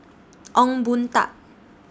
Ong Boon Tat